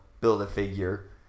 Build-A-Figure